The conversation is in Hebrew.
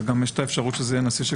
וגם יש אפשרות שזה יהיה נשיא מכהן.